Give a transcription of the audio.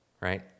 right